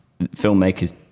filmmakers